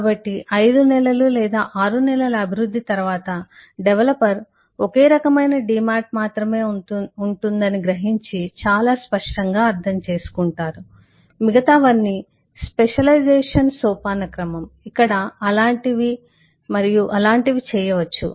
కాబట్టి 5 నెలలు లేదా 6 నెలల అభివృద్ధి తరువాత డెవలపర్ ఒకే రకమైన డీమాట్ మాత్రమే ఉందని గ్రహించి చాలా స్పష్టంగా అర్థం చేసుకుంటాడు మిగతావన్నీ స్పెషలైజేషన్ సోపానక్రమం ఇక్కడ అలాంటివి మరియు అలాంటివి చేయవచ్చు